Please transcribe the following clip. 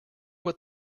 what